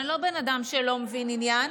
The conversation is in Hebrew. אני לא בן אדם שלא מבין עניין,